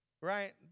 Right